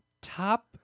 top